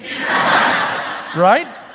Right